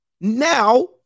Now